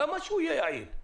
למה שהוא יהיה יעיל?